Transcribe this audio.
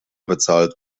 bezahlt